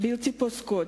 בלתי פוסקות,